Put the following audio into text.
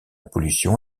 pollution